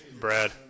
Brad